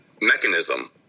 mechanism